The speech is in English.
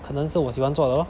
可能是我喜欢做的 lor